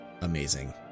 amazing